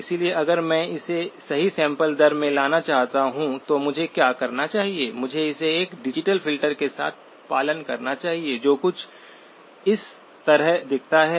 इसलिए अगर मैं इसे सही सैंपल दर में लाना चाहता हूं तो मुझे क्या करना चाहिए मुझे इसे एक डिजिटल फिल्टर के साथ पालन करना चाहिए जो कुछ इस तरह दिखता है